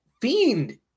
Fiend